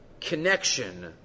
connection